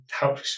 help